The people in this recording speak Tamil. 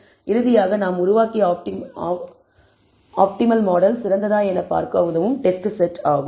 இறுதியாக நாம் உருவாக்கிய ஆப்டிமல் மாடல் சிறந்ததா என பார்க்க உதவும் டெஸ்ட் செட் ஆகும்